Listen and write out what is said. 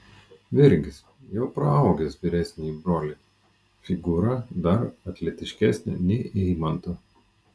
virgis jau praaugęs vyresnįjį brolį figūra dar atletiškesnė nei eimanto